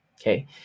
okay